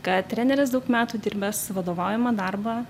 kad treneris daug metų dirbęs vadovaujamą darbą